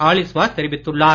Alice Vaz தெரிவித்துள்ளார்